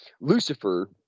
Lucifer